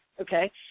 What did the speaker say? okay